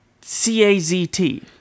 C-A-Z-T